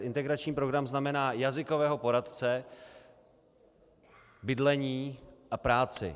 Integrační program znamená jazykového poradce, bydlení a práci.